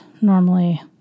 normally